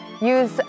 Use